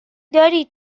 دارید